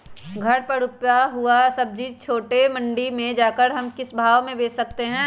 घर पर रूपा हुआ सब्जी छोटे मंडी में जाकर हम किस भाव में भेज सकते हैं?